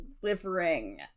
delivering